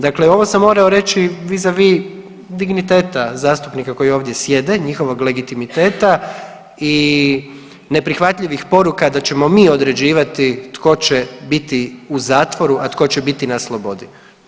Dakle, ovo sam morao reći vis a vis zastupnika koji ovdje sjede, njihovog legitimiteta i neprihvatljivih poruka da ćemo mi određivati tko će biti u zatvoru, a tko će biti na slobodi.